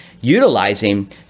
utilizing